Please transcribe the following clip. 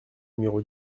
numéro